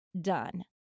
done